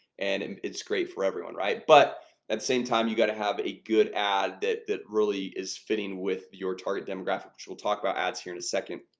and and it's great for everyone, right but at the same time you got to have a good ad that that really is fitting with your target demographic which we'll talk about ads here in a second,